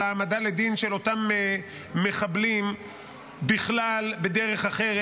העמדה לדין של אותם מחבלים בדרך אחרת.